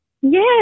Yes